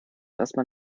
erstmal